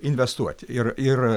investuoti ir ir